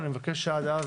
אני מבקש שעד אז